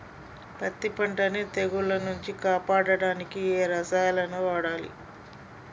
పత్తి పంటని తెగుల నుంచి కాపాడడానికి ఏ రసాయనాలను వాడాలి?